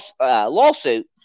lawsuit